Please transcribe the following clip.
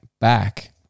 back